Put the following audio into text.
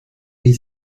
wie